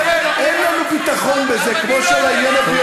אין לנו ביטחון בזה, כמו גם אני לא אתן.